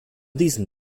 diesem